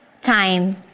time